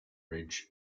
ridge